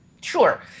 sure